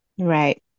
Right